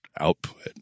output